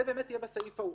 זה יהיה בסעיף ההוא.